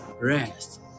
Rest